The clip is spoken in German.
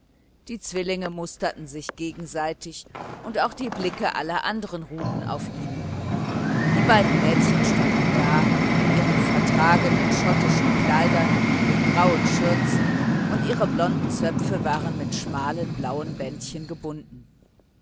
die zwillinge musterten sich gegenseitig und auch die blicke aller anderen ruhten auf ihnen die beiden mädchen standen da in ihren vertragenen schottischen kleidern mit grauen schürzen und ihre blonden zöpfe waren mit schmalen blauen bändchen gebunden